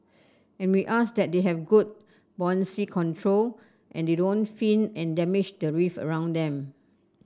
and we ask that they have good buoyancy control and they don't fin and damage the reef around them